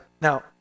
Now